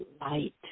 light